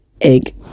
egg